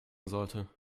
sollte